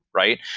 right?